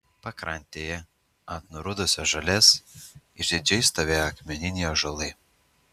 pakrantėje ant nurudusios žolės išdidžiai stovėjo akmeniniai ąžuolai